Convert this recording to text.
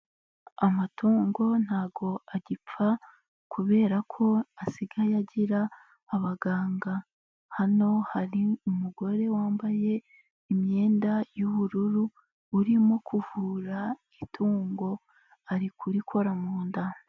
Amatungo ntabwo agipfa kubera ko asigaye agira abaganga, hano hari umugore wambaye imyenda y'ubururu urimo kuvura itungo ari kurikora mu nda.